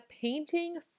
painting